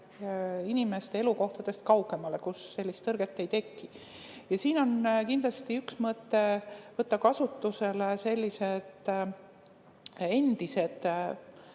inimeste elukohtadest kaugemale, kus sellist tõrget ei teki. Siin on kindlasti üks mõte võtta kasutusele näiteks endised